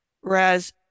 whereas